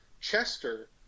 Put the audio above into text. chester